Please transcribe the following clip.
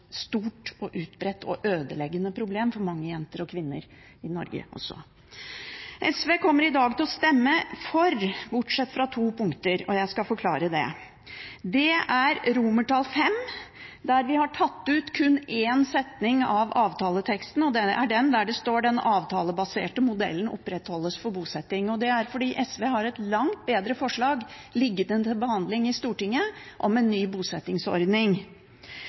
stort og utbredt og ødeleggende problem for mange jenter og kvinner i Norge også. SV kommer i dag til å stemme for representantforslaget, bortsatt fra på to punkter, og jeg skal forklare det. Det er V, der vi har tatt ut kun én setning av avtaleteksten, og det er den der det står at den avtalebaserte modellen opprettholdes for bosetting. Det er fordi SV har et langt bedre forslag liggende til behandling i Stortinget, om en ny bosettingsordning.